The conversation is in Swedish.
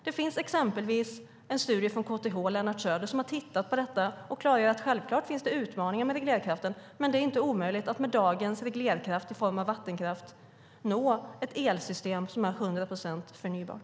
Det finns exempelvis en studie från KTH och Lennart Söder där man har tittat på detta. Man klargör att det självklart finns utmaningar med reglerkraften, men det är inte omöjligt att med dagens reglerkraft i form av vattenkraft nå ett elsystem som är 100 procent förnybart.